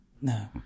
No